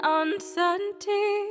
uncertainty